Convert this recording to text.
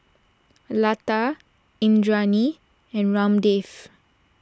Lata Indranee and Ramdev